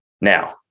Now